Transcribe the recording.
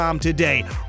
today